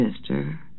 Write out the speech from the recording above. mister